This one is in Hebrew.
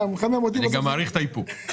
אני גם מעריך את האיפוק.